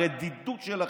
הרדידות שלכם.